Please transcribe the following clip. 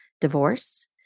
divorce